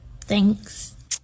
Thanks